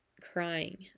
crying